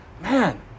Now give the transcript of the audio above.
man